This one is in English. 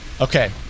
Okay